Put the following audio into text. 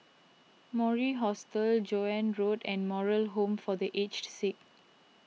Mori Hostel Joan Road and Moral Home for the Aged Sick